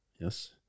Yes